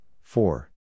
four